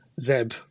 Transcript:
Zeb